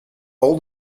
all